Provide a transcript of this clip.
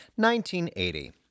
1980